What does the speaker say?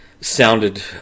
sounded